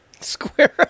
Square